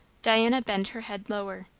diana bent her head lower.